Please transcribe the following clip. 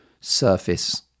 surface